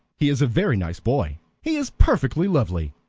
he is a very nice boy he is perfectly lovely,